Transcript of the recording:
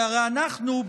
שהרי אנחנו,